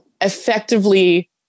effectively